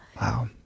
Wow